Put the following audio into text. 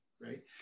right